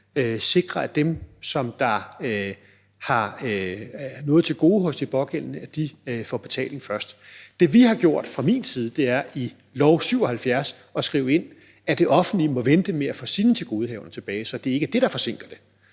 sikrer, at dem, der har noget til gode hos de pågældende, får betaling først. Det, vi har gjort fra regeringens side, er at skrive ind i lov nr. 77, at det offentlige må vente med at få sine tilgodehavender tilbage, så det ikke er det, der forsinker det.